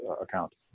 account